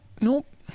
nope